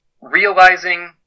realizing